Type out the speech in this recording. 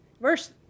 Verse